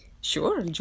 Sure